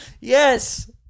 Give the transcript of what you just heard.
Yes